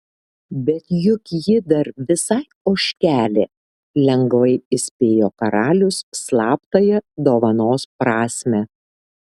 bet juk ji dar visai ožkelė lengvai įspėjo karalius slaptąją dovanos prasmę